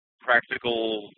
practical